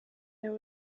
there